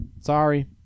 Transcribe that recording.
Sorry